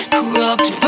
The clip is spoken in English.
Corrupt